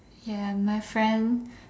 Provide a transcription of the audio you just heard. ya my friend